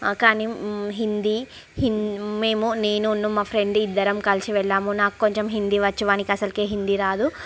కానీ హిందీ హిం మేము నేనును మా ఫ్రెండ్ ఇద్దరము కలిసి వెళ్ళాము నాకు కొంచెం హిందీ వచ్చు వాడికి అసలుకే హిందీ రాదూ